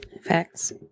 facts